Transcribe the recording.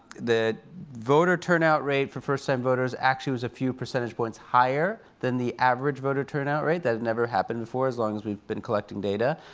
the voter turnout rate for first-time voters actually was a few percentage points higher than the average voter turnout rate. that had never happened before as long as we've been collecting data.